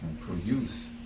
produce